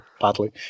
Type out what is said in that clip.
badly